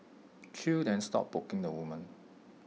chew then stopped poking the woman